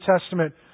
Testament